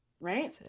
Right